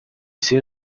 soon